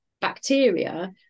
bacteria